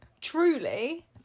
truly